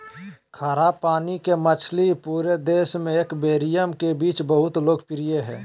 खारा पानी के मछली पूरे देश में एक्वेरियम के बीच बहुत लोकप्रिय हइ